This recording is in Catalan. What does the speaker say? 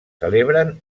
celebren